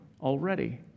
already